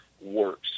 works